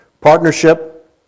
partnership